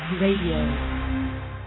Radio